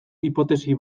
hipotesi